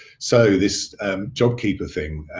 so this jobkeeper thing,